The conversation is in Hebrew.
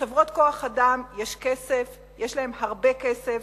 לחברות כוח-האדם יש כסף, יש להן הרבה כסף,